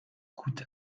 coûte